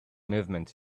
movement